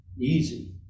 easy